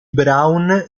brown